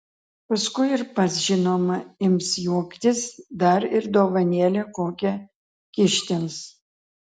paskui ir pats žinoma ims juoktis dar ir dovanėlę kokią kyštels